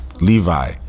Levi